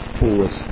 forward